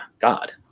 God